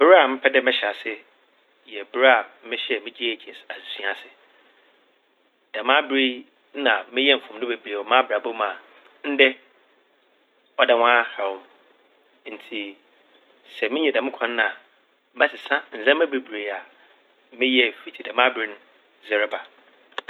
Ber a mɛpɛ dɛ mɛhyɛ ase yɛ ber a mehyɛɛ me "J.H.S" adzesua ase. Dɛm aber yi nna meyɛɛ mfomdo bebree wɔ m'abrabɔ mu a ndɛ ɔda ho ara haw m'. Ntsi sɛ minya dɛm kwan no a mɛsesa ndzɛmba bebree a meyɛɛ fitsi dɛm aber no dze reba.